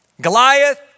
Goliath